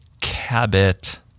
Cabot